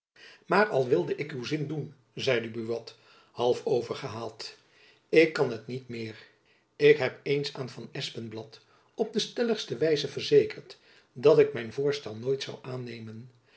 maar al wilde ik uw zin doen zeide buat half overgehaald ik kan het niet meer ik heb eens aan van espenblad op de stelligste wijze verzekerd dat ik zijn voorstel nooit zoû aannemen